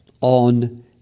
on